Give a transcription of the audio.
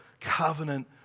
covenant